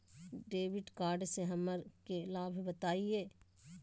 Debit card से हमरा के लाभ बताइए?